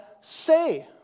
say